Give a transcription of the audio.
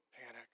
panic